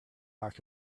talk